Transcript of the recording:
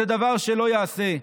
זה דבר שלא ייעשה.